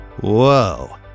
Whoa